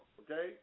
okay